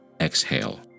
exhale